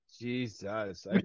Jesus